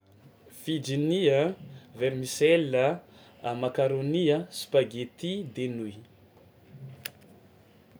Fusilli a, vermicelles a, a macaroni a, spaghetti de nouilles.